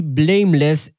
blameless